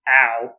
Ow